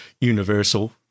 universal